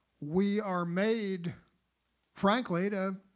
we are made frankly to